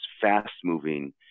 fast-moving